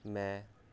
ਮੈਂ